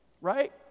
Right